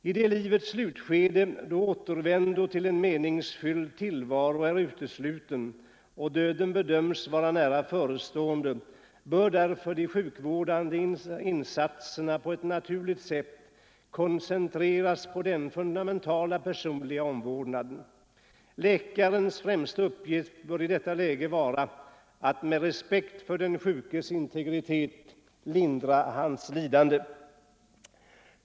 I det livets slutskede, då återvändo till en meningsfylld tillvaro är utesluten och döden bedöms vara nära förestående, bör därför de sjukvårdande insatserna på ett naturligt sätt koncentreras på den fundamentala personliga omvårdnaden. Läkarens främsta uppgift bör i detta läge vara att med respekt för den sjukes integritet lindra hans lidande.